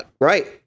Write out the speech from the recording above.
Right